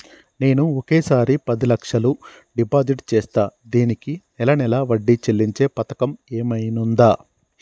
నేను ఒకేసారి పది లక్షలు డిపాజిట్ చేస్తా దీనికి నెల నెల వడ్డీ చెల్లించే పథకం ఏమైనుందా?